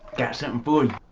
got something for ya.